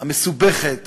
המסובכת,